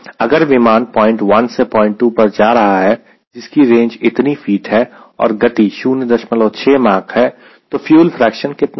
अगर विमान पॉइंट 1 से पॉइंट 2 पर जा रहा है जिसकी रेंज इतनी फीट है और गति 06 माक है तो फ्यूल फ्रेक्शन कितना है